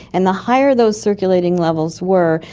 and the higher those circulating levels were,